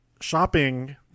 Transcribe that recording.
shopping